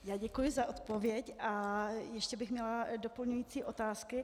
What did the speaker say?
Já děkuji za odpověď a ještě bych měla doplňující otázky.